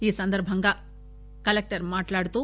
ఈ సందర్బంగా కలెక్టర్ మాట్లాడుతూ